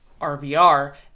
RVR